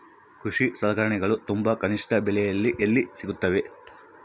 ಕೃಷಿ ಸಲಕರಣಿಗಳು ತುಂಬಾ ಕನಿಷ್ಠ ಬೆಲೆಯಲ್ಲಿ ಎಲ್ಲಿ ಸಿಗುತ್ತವೆ?